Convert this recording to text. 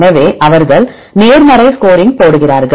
எனவே அவர்கள் நேர்மறை ஸ்கோரிங் போடுகிறார்கள்